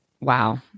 Wow